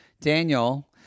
Daniel